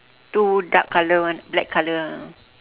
two dark color one black color ah